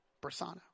Persona